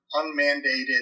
unmandated